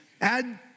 Add